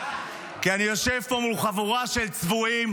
כי אני יושב פה מול חבורה של צבועים